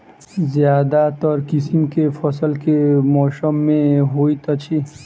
ज्यादातर किसिम केँ फसल केँ मौसम मे होइत अछि?